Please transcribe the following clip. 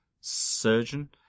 surgeon